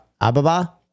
Ababa